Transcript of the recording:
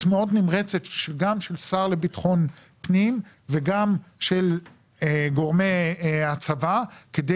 מאוד נמרצת גם של שר לביטחון הפנים וגם של גורמי הצבא כדי